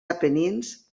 apenins